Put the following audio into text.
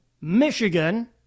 Michigan